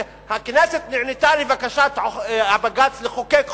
הכנסת נענתה לבקשת בג"ץ לחוקק חוק,